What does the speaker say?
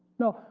no.